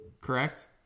Correct